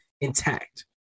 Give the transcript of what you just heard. intact